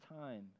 time